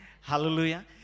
Hallelujah